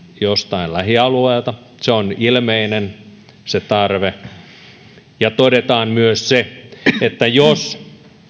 jostain lähialueelta se tarve on ilmeinen ja todetaan myös se että jos